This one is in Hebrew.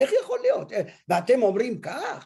‫איך יכול להיות? ‫ואתם אומרים כך?